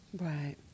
Right